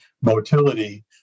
motility